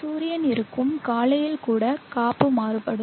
சூரியன் இருக்கும் காலையில் கூட காப்பு மாறுபடும்